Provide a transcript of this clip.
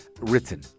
written